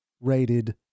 rated